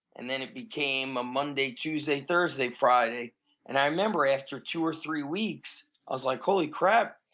and then it became a monday, tuesday, thursday, friday and i remember after two or three weeks. i was like holy crap,